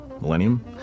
millennium